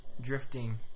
drifting